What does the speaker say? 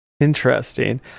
Interesting